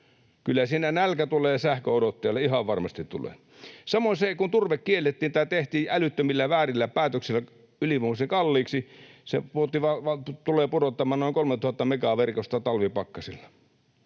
Kyllä siinä nälkä tulee sähkön odottajalle, ihan varmasti tulee. Samoin se, kun turve kiellettiin tai tehtiin älyttömillä ja väärillä päätöksillä ylivoimaisen kalliiksi. Se vaan tulee pudottamaan noin 3 000 megaa verkosta talvipakkasilla.